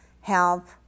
help